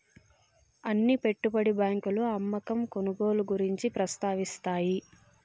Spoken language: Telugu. అన్ని పెట్టుబడి బ్యాంకులు అమ్మకం కొనుగోలు గురించి ప్రస్తావిస్తాయి